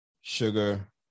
sugar